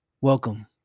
welcome